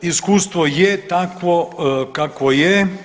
Iskustvo je takvo kakvo je.